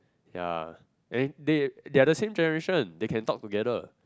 ya and they they are the same generation they can talk together